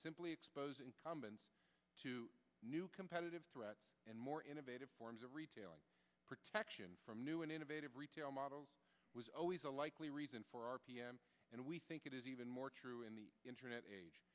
expose incumbents to new competitive threat and more innovative forms of retailing protection from new and innovative retail models was always a likely reason for r p m and we think it is even more true in the internet age